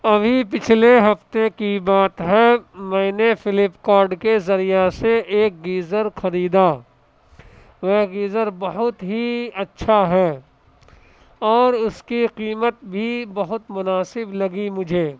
ابھی پچھلے ہفتے کی بات ہے میں نے فلپ کارٹ کے ذریعہ سے ایک گیزر خریدا وہ گیزر بہت ہی اچھا ہے اور اس کی قیمت بھی بہت مناسب لگی مجھے